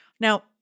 Now